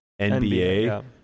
NBA